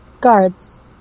guards